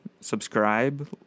Subscribe